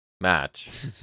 match